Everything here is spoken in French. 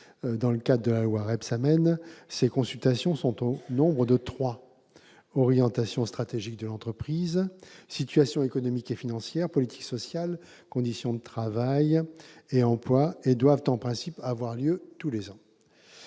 dans le cadre de la loi Rebsamen, ces consultations concernent trois grands domaines : orientations stratégiques de l'entreprise ; situation économique et financière ; politique sociale, conditions de travail et emploi. Elles doivent en principe avoir lieu tous les ans.